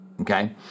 okay